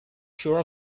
sure